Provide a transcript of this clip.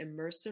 immersive